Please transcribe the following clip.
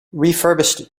refurbished